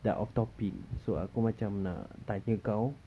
dah off topic so aku macam nak tanya kau